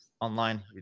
online